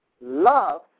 Love